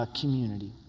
community